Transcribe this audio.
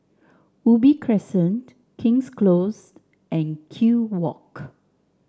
Ubi Crescent King's Close and Kew Walk